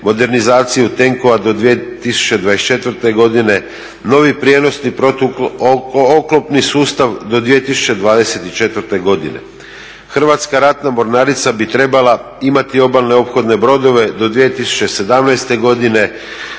modernizaciju tenkova do 2024. godine, novi prijenosni protuoklopni sustav do 2024. godine. Hrvatska ratna mornarica bi trebala imati obalne ophodne brodove do 2017. godine,